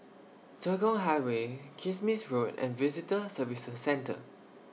Tekong Highway Kismis Road and Visitor Services Centre